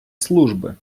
служби